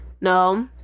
no